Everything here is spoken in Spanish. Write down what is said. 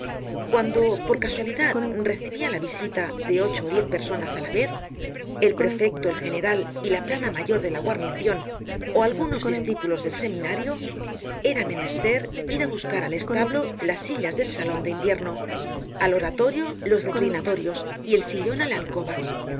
cuando por casualidad recibia la visita de ocho ó diez personas á la vez el prefecto el general y la plana mayor de la guarnicion ó algunos discípulos del seminario era menester ir á buscar al establo las sillas del salon de invierno al oratorio los reclinatorios y el sillon á la alcoba